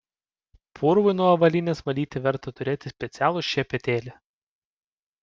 purvui nuo avalynės valyti verta turėti specialų šepetėlį